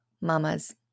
mamas